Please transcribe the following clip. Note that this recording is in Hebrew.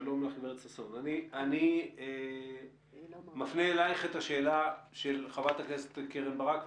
אני מפנה אליך את השאלה של חברת הכנסת קרן ברק.